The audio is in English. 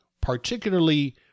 particularly